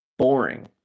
boring